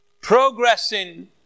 Progressing